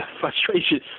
frustration